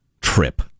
trip